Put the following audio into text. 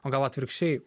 o gal atvirkščiai